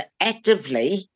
actively